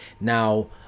Now